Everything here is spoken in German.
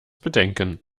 bedenken